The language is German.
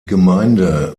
gemeinde